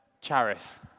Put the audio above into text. Charis